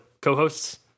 co-hosts